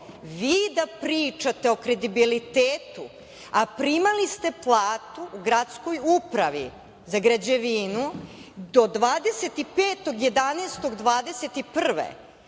vi da pričate o kredibilitetu a primali ste platu u Gradskoj upravi za građevinu do 25.